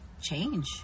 change